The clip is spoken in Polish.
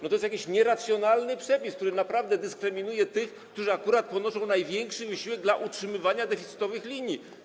To jest jakiś nieracjonalny przepis, który naprawdę dyskryminuje tych, którzy akurat ponoszą największy wysiłek dla utrzymywania deficytowych linii.